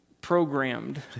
programmed